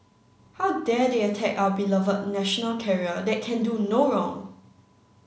how dare they attack our beloved national carrier that can do no wrong